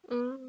mm